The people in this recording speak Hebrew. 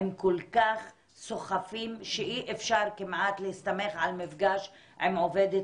הם כל כך סוחפים שאי אפשר כמעט להסתמך על מפגש עם עובדת